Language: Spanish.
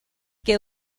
que